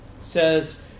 says